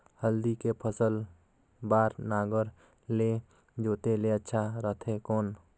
हल्दी के फसल बार नागर ले जोते ले अच्छा रथे कौन?